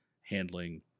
handling